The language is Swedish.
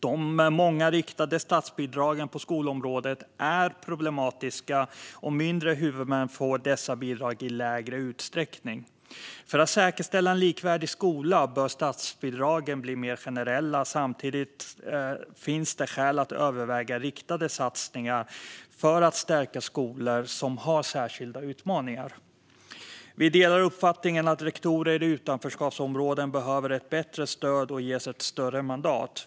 De många riktade statsbidragen på skolområdet är problematiska, och mindre huvudmän får dessa bidrag i lägre utsträckning. För att säkerställa en likvärdig skola bör statsbidragen bli mer generella. Samtidigt finns det skäl att överväga riktade satsningar för att stärka skolor som har särskilda utmaningar. Vi delar uppfattningen att rektorer i utanförskapsområden behöver ett bättre stöd och ges ett större mandat.